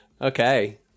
Okay